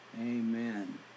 Amen